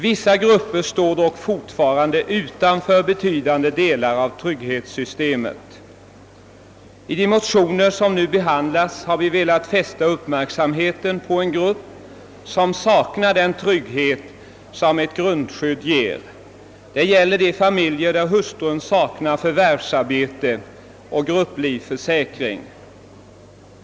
Vissa grupper står dock alltjämt utanför betydande delar av trygghetssystemet. I de motioner som behandlats i detta sammanhang har vi velat fästa uppmärksamheten på en grupp människor som saknar den trygghet ett grundskydd ger. Det gäller sådana familjer där hustrun saknar förvärvsarbete och grupplivförsäkring.